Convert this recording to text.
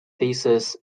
thesis